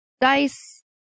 dice